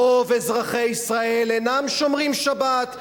רוב אזרחי ישראל אינם שומרים שבת,